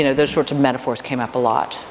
you know those sorts of metaphors came up a lot,